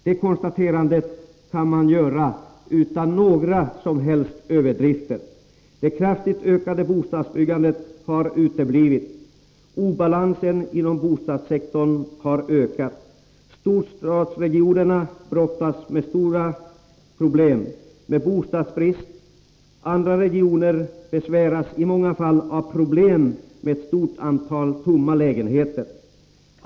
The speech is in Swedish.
Det konstaterandet kan man göra utan några som helst överdrifter. Det kraftigt ökade bostadsbyggandet har uteblivit. Obalansen inom bostadssektorn har ökat. Storstadsregionerna brottas med stora problem med bostadsbrist, medan andra regioner i många fall besväras av problem med ett stort antal tomma lägenheter.